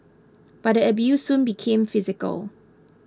but the abuse soon became physical